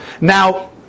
Now